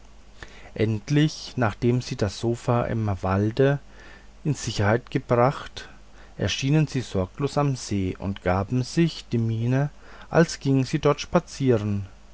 endlich nachdem sie das sofa im walde in sicherheit gebracht erschienen sie sorglos am see und gaben sich die miene als gingen sie dort spazieren